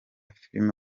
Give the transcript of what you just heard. filime